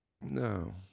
No